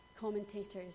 commentators